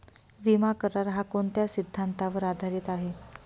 विमा करार, हा कोणत्या सिद्धांतावर आधारीत आहे?